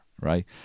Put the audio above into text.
right